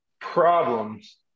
problems